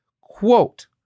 quote